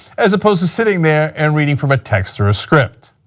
as opposed to sitting there and reading from a text or script.